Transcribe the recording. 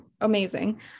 Amazing